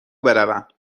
بروم